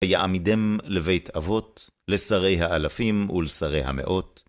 ויעמידם לבית אבות, לשרי האלפים ולשרי המאות.